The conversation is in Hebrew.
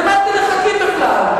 למה אתם מחכים בכלל?